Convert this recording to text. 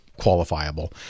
qualifiable